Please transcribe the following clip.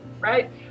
right